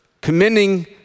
commending